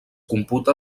computa